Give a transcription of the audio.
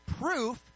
proof